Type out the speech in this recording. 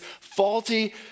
faulty